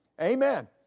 Amen